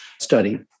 study